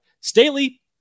Staley